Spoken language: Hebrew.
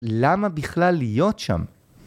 למה בכלל להיות שם?